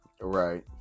Right